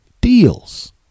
deals